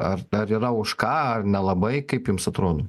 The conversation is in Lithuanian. ar dar yra už ką nelabai kaip jums atrodo